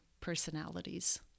personalities